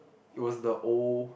it was the old